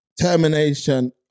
termination